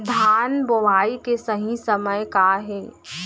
धान बोआई के सही समय का हे?